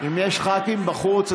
אבל יש לך ח"כים בחוץ,